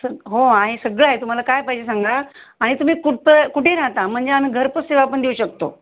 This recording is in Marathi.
सर हो आहे सगळं आहे तुम्हाला काय पाहिजे सांगा आणि तुम्ही कुठं कुठे राहता म्हणजे आणि घरपोच सेवा पण देऊ शकतो